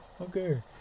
okay